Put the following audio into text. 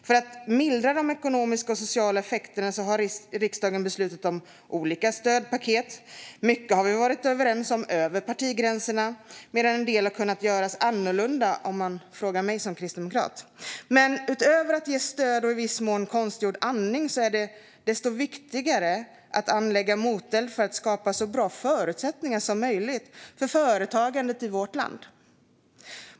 För att mildra de ekonomiska och sociala effekterna har riksdagen beslutat om olika stödpaket. Mycket har vi varit överens om över partigränserna, medan en del hade kunnat göras annorlunda, om man frågar mig som kristdemokrat. Men utöver att ge stöd och i viss mån konstgjord andning är det än viktigare att anlägga moteld för att skapa så bra förutsättningar som möjligt för företagandet i vårt land.